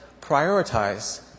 prioritize